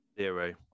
Zero